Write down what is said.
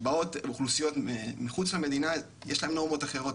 כשבאות אוכלוסיות מחוץ למדינה יש להם נורמות אחרות,